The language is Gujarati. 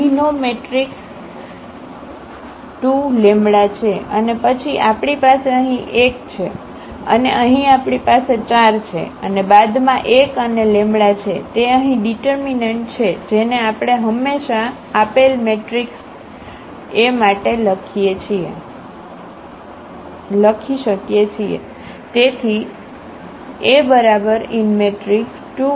અહીંનો મેટ્રિક્સ 2 લેમ્બડા છે અને પછી આપણી પાસે અહીં 1 છે અને અહીં આપણી પાસે 4 છે અને બાદમાં 1 અને લેમ્બડા છે તે અહીં ઙીટરમીનન્ટ છે જેને આપણે હંમેશાં આપેલ મેટ્રિક્સ એ માટે લખી શકીએ છીએ તેથી A2 1 4 1